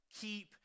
keep